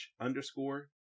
underscore